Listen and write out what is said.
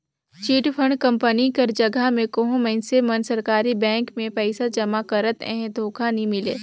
chit fund company कर जगहा में कहों मइनसे मन सरकारी बेंक में पइसा जमा करत अहें धोखा नी मिले